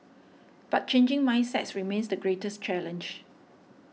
but changing mindsets remains the greatest challenge